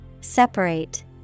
Separate